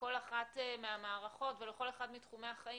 לכול אחת מהמערכות ולכול אחד מתחומי החיים